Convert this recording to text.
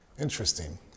Interesting